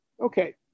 Okay